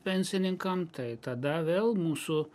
pensininkam tai tada vėl mūsų